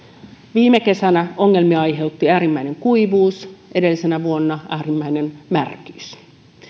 viime kesänä ongelmia aiheutti äärimmäinen kuivuus edellisenä vuonna äärimmäinen märkyys